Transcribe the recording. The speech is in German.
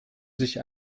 sich